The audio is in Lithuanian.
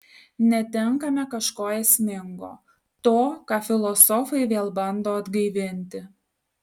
netenkame kažko esmingo to ką filosofai vėl bando atgaivinti